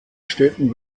städten